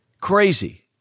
crazy